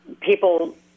people